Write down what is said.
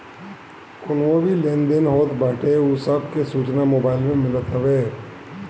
कवनो भी लेन देन होत बाटे उ सब के सूचना मोबाईल में मिलत हवे